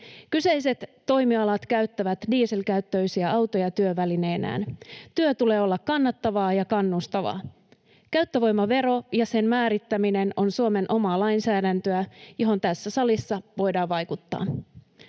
Kyseiset toimialat käyttävät dieselkäyttöisiä autoja työvälineenään. Työn tulee olla kannattavaa ja kannustavaa. Käyttövoimavero ja sen määrittäminen on Suomen omaa lainsäädäntöä, johon tässä salissa voidaan vaikuttaa.